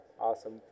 awesome